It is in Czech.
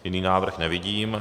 Jiný návrh nevidím.